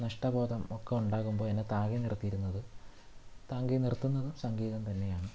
നഷ്ടബോധം ഒക്കെ ഉണ്ടാകുമ്പോൾ എന്നെ താങ്ങി നിർത്തിയിരുന്നത് താങ്ങി നിർത്തുന്നതും സംഗീതം തന്നെയാണ്